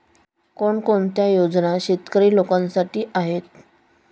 कोणकोणत्या योजना शेतकरी लोकांसाठी आहेत?